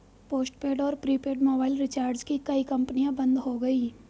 postpaid और prepaid mobile recharge की कई कंपनियां बंद हो गई